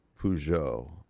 Peugeot